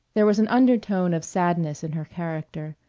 there was an undertone of sadness in her character,